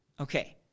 Okay